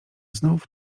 znów